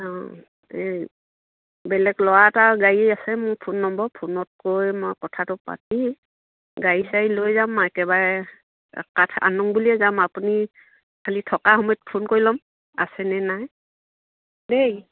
অঁ এই বেলেগ ল'ৰা এটা গাড়ী আছে মোৰ ফোন নম্বৰ ফোনতকৈ মই কথাটো পাতি গাড়ী চাড়ী লৈ যাম আৰু একেবাৰে কাঠ আনম বুলিয়ে যাম আপুনি খালী থকা সময়ত ফোন কৰি ল'ম আছেনে নাই দেই